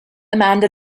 amanda